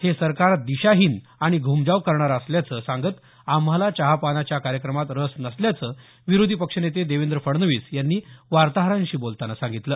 हे सरकार दिशाहीन आणि घूमजाव करणारं असल्याचं सांगत आम्हाला चहापानाच्या कार्यक्रमात रस नसल्याचं विरोधी पक्षनेते देवेंद्र फडणवीस यांनी वार्ताहरांशी बोलताना सांगितलं